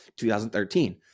2013